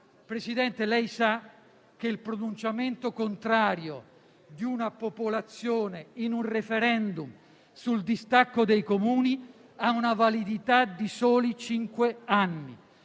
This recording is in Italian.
Presidente, lei sa che il pronunciamento contrario di una popolazione in un *referendum* sul distacco dei Comuni ha una validità di soli cinque anni.